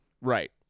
Right